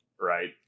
right